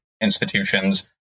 institutions